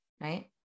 right